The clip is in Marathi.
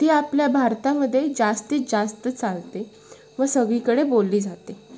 ती आपल्या भारतामध्ये जास्तीत जास्त चालते व सगळीकडे बोलली जाते